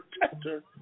protector